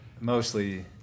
mostly